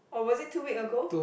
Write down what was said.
or was it two week ago